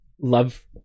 love